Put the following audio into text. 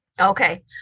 okay